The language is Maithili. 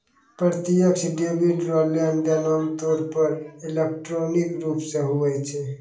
प्रत्यक्ष डेबिट रो लेनदेन आमतौर पर इलेक्ट्रॉनिक रूप से हुवै छै